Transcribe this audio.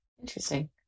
Interesting